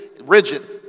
rigid